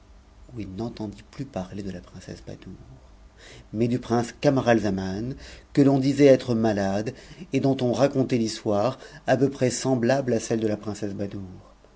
où il n'entendit plus parler de la princesse ba tu'c mais du prince catnaralzaman que l'on disait être malade et ttout i'oti racontait l'histoire à peu près semblable à celle de la princesse